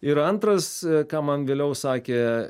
ir antras ką man vėliau sakė